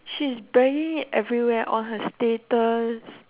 she's bragging it everywhere on her status